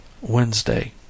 Wednesday